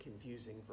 confusing